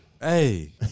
hey